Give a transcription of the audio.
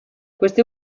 queste